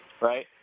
right